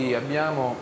abbiamo